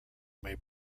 may